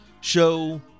show